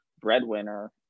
breadwinner